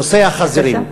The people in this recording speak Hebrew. נושא החזירים,